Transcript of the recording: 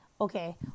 Okay